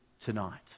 tonight